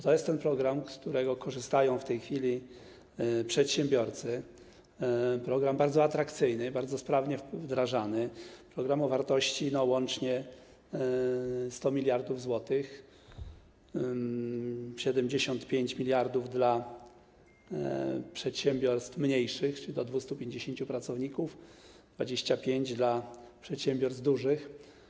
To jest ten program, z którego korzystają w tej chwili przedsiębiorcy, bardzo atrakcyjny, bardzo sprawnie wdrażany, program o wartości łącznie 100 mld zł: 75 mld zł - dla przedsiębiorstw mniejszych, czyli do 250 pracowników, 25 mld zł - dla przedsiębiorstw dużych.